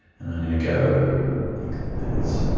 and i'm gonna go like that.